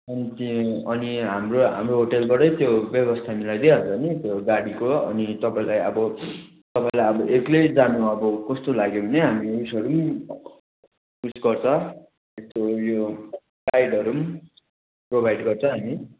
अनि त्यो अनि हाम्रो हाम्रो होटेलबाट त्यो व्यवस्था मिलाइदिइहाल्छ नि त्यो गाडीको अनि तपाईँलाई अब तपाईँलाई अब एक्लै जानु अब कस्तो लाग्यो भने हामी उयेसहरू पनि उयो गर्छ जस्तो उयो गाइडहरू पनि प्रोभाइड गर्छ हामी